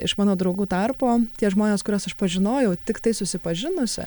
iš mano draugų tarpo tie žmonės kuriuos aš pažinojau tiktai susipažinusi